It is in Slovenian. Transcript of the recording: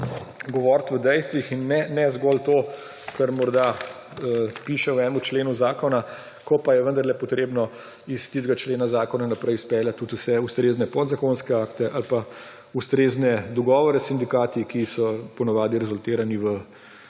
govoriti o dejstvih in ne zgolj to, kar morda piše v enem členu zakona, ko pa je vendarle treba iz tistega člena zakona naprej speljati tudi vse ustrezne podzakonske akte ali pa ustrezne dogovore s sindikati, ki so po navadi rezultirani v